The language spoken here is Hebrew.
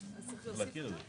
אז אתם צריכים להוסיף אותו.